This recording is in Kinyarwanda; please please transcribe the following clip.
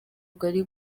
bwari